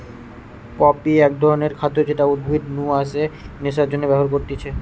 poppy এক ধরণের খাদ্য যেটা উদ্ভিদ নু আসে নেশার জন্যে ব্যবহার করতিছে